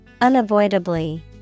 Unavoidably